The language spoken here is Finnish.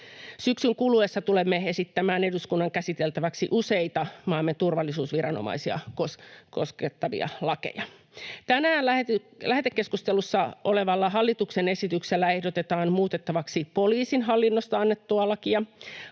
Syksyn kuluessa tulemme esittämään eduskunnan käsiteltäväksi useita maamme turvallisuusviranomaisia koskettavia lakeja. Tänään lähetekeskustelussa olevassa hallituksen esityksessä ehdotetaan muutettavaksi poliisin hallinnosta annettua lakia.